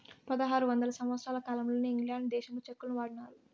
పదహారు వందల సంవత్సరాల కాలంలోనే ఇంగ్లాండ్ దేశంలో చెక్కులను వాడినారు